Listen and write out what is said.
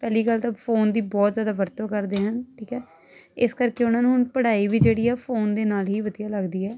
ਪਹਿਲੀ ਗੱਲ ਤਾਂ ਫੋਨ ਦੀ ਬਹੁਤ ਜ਼ਿਆਦਾ ਵਰਤੋਂ ਕਰਦੇ ਹਨ ਠੀਕ ਹੈ ਇਸ ਕਰਕੇ ਉਹਨਾਂ ਨੂੰ ਹੁਣ ਪੜ੍ਹਾਈ ਵੀ ਜਿਹੜੀ ਆ ਫੋਨ ਦੇ ਨਾਲ ਹੀ ਵਧੀਆ ਲੱਗਦੀ ਹੈ